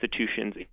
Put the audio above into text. institutions